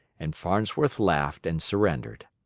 and farnsworth laughed and surrendered.